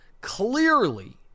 clearly